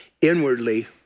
inwardly